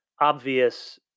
obvious